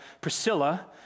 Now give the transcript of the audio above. Priscilla